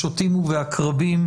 בשוטים ובעקרבים,